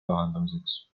lahendamiseks